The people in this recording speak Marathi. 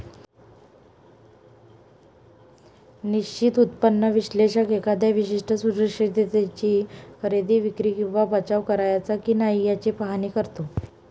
निश्चित उत्पन्न विश्लेषक एखाद्या विशिष्ट सुरक्षिततेची खरेदी, विक्री किंवा बचाव करायचा की नाही याचे पाहणी करतो